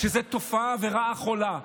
שזו תופעה ורעה חולה.